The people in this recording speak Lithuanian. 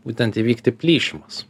būtent įvykti plyšimas